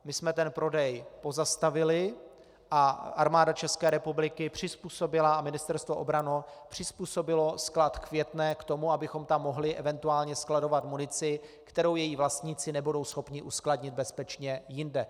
My jsme ten prodej pozastavili a Armáda České republiky přizpůsobila a Ministerstvo obrany přizpůsobilo sklad v Květné k tomu, abychom tam mohli eventuálně skladovat munici, kterou její vlastníci nebudou schopni uskladnit bezpečně jinde.